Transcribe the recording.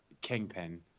Kingpin